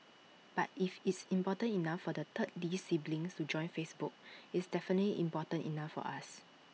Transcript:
but if it's important enough for the third lee sibling to join Facebook it's definitely important enough for us